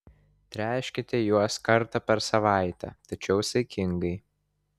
tręškite juos kartą per savaitę tačiau saikingai